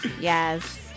Yes